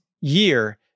year